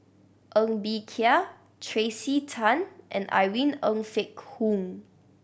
Ng Bee Kia Tracey Tan and Irene Ng Phek Hoong